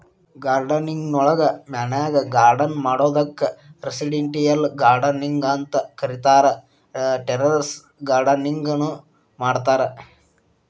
gardening ನೊಳಗ ಮನ್ಯಾಗ್ garden ಮಾಡೋದಕ್ಕ್ ರೆಸಿಡೆಂಟಿಯಲ್ ಗಾರ್ಡನಿಂಗ್ ಅಂತ ಕರೇತಾರ, ಟೆರೇಸ್ ಗಾರ್ಡನಿಂಗ್ ನು ಮಾಡ್ತಾರ